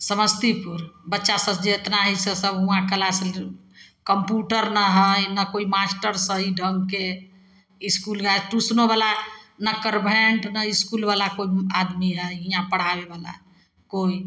समस्तीपुर बच्चासभ जे एतना हइ से सभ हुआँ किलास कम्प्यूटर नहि हइ नहि कोइ मास्टर सही ढङ्गके इसकुलमे ट्यूशनोवला नहि कॉन्वेन्ट नहि इसकुलवला कोइ आदमी हइ हिआँ पढ़ाबैवला कोइ